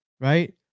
right